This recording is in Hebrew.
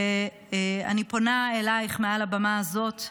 ואני פונה אלייך מעל הבמה הזאת,